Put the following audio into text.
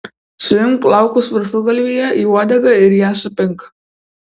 suimk plaukus viršugalvyje į uodegą ir ją supink